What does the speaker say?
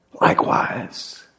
Likewise